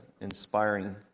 inspiring